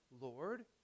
Lord